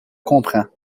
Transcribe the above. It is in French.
comprend